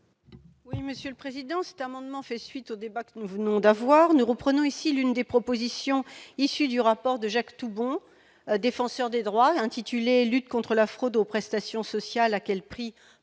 Dans le prolongement du débat que nous venons d'avoir, nous reprenons ici l'une des propositions issues du rapport de Jacques Toubon, défenseur des droits, intitulé « Lutte contre la fraude aux prestations sociales : à quel prix